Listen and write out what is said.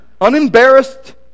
unembarrassed